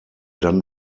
dann